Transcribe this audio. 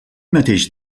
mateix